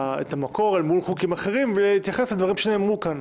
המקור אל מול חוקים אחרים ומתייחס לדברים שנאמרו כאן.